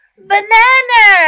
Banana